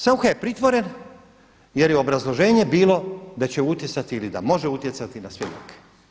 Saucha je pritvoren jer je obrazloženje bilo da će utjecati ili da može utjecati na svjedoke.